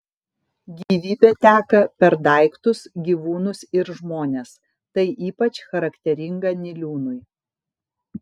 gyvybė teka per daiktus gyvūnus ir žmones tai ypač charakteringa niliūnui